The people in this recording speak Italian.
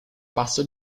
passo